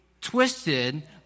twisted